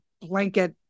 blanket